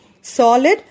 solid